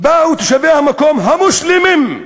באו תושבי המקום המוסלמים,